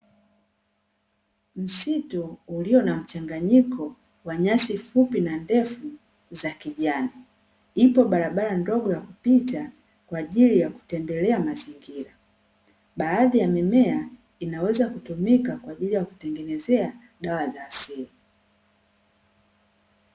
Msitu ulio na mchanganyiko wa nyasi fupi na ndefu za kijani, ipo barabara ndogo ya kupita kwa ajili ya kutembelea mazingira, baadhi ya mimea inaweza kutumika kwa ajili ya kutengenezea dawa za asili.